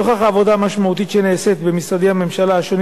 נוכח העבודה המשמעותית שנעשית במשרדי הממשלה השונים